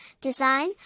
design